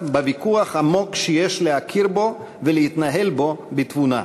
בוויכוח העמוק שיש להכיר בו ולהתנהל בו בתבונה.